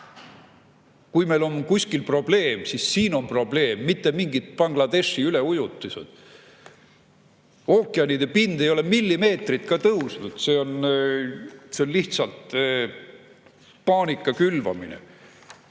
Kui meil on kuskil probleem, siis siin on probleem, mitte mingites Bangladeshi üleujutustes. Ookeanide pind ei ole millimeetrit ka tõusnud, see on lihtsalt paanika külvamine.